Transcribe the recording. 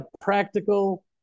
practical